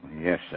Yes